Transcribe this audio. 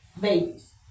babies